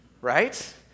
right